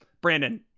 brandon